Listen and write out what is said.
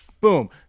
boom